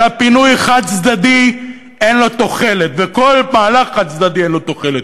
אלא פינוי חד-צדדי, אין לו תוחלת.